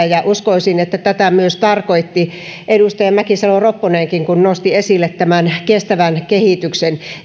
ja uskoisin että tätä myös tarkoitti edustaja mäkisalo ropponenkin kun nosti esille tässä kestävän kehityksen